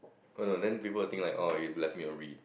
oh no then people will think like orh you have left me a read